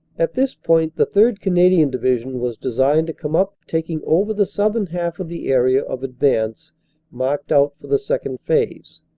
at this point the third. canadian division was designed to come up, taking over the southern half of the area of advance marked out for the second phase,